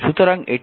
সুতরাং এটি Ra Rb